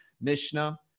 Mishnah